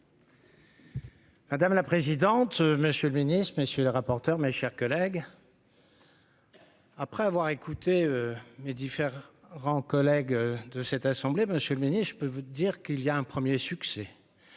Madame la présidente, monsieur le ministre, messieurs les rapporteurs, mes chers collègues, après avoir écouté mais diffère rend collègue de cette assemblée, Monsieur le Ministre, je peux vous dire qu'il y a un 1er succès,